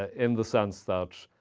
ah in the sense that,